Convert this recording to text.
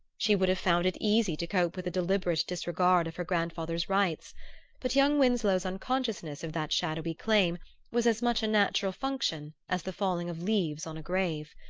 she would have found it easy to cope with a deliberate disregard of her grandfather's rights but young winsloe's unconsciousness of that shadowy claim was as much a natural function as the falling of leaves on a grave.